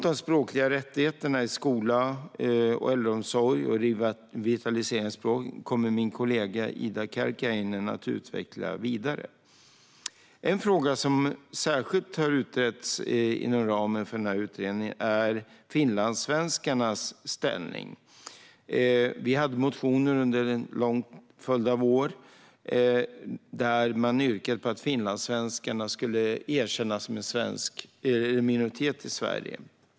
De språkliga rättigheterna i skola och äldreomsorg samt revitalisering av språk kommer min kollega Ida Karkiainen att utveckla vidare. En fråga som särskilt har utretts inom ramen för denna utredning är finlandssvenskarnas ställning. Vi hade under en lång följd av år motioner där vi yrkade på att finlandssvenskarna skulle erkännas som en minoritet i Sverige.